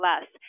less